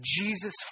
Jesus